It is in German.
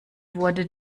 wurde